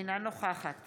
אינה נוכחת